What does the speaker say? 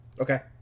Okay